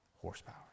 horsepower